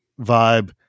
vibe